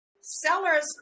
sellers